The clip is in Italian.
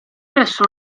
presso